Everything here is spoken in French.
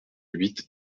huit